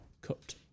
cut